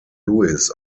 lewis